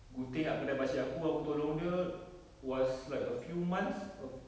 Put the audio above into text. gunting dekat kedai pakcik aku aku tolong dia was like a few months err